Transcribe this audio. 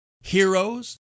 heroes